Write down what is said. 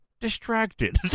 distracted